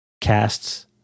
casts